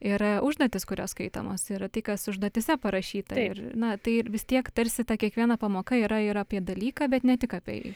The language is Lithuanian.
yra užduotys kurios skaitomos yra tai kas užduotyse parašyta ir na tai ir vis tiek tarsi ta kiekviena pamoka yra ir apie dalyką bet ne tik apie jį